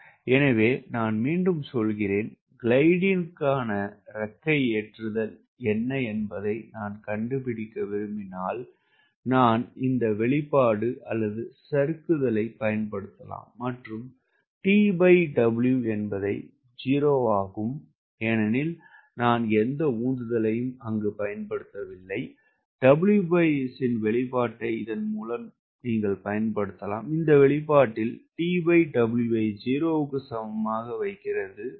எனவே நான் மீண்டும் சொல்கிறேன் கிளைடிங்கிற்கான இறக்கை ஏற்றுதல் என்ன என்பதை நான் கண்டுபிடிக்க விரும்பினால் நான் இந்த வெளிப்பாடு அல்லது சறுக்குதலைப் பயன்படுத்தலாம் மற்றும் TW என்பது 0 ஆகும் ஏனெனில் நான் எந்த உந்துதலையும் பயன்படுத்தவில்லை WS இன் வெளிப்பாட்டை இதன் மூலம் பயன்படுத்தலாம் இந்த வெளிப்பாட்டில் TW ஐ 0 க்கு சமமாக வைக்கிறது